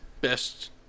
Best